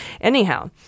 Anyhow